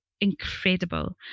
incredible